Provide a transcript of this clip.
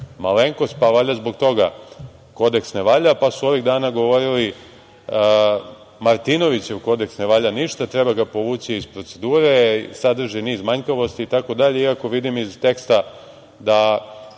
malenkost, pa valjda zbog toga kodeks ne valja, pa su ovih dana govorili - Martinovićev kodeks ne valja ništa treba ga povući iz procedure, sadrži niz manjkavosti itd, iako vidim iz teksta da